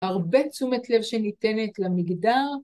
הרבה תשומת לב שניתנת למגדר.